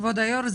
כבוד היו"ר,